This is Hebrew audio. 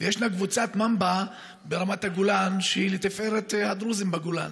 ישנה קבוצת ממבע ברמת הגולן שהיא לתפארת הדרוזים בגולן,